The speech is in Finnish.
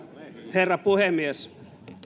herra puhemies